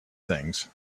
things